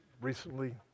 recently